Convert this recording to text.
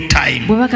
time